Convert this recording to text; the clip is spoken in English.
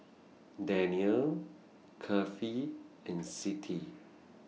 Daniel Kefli and Siti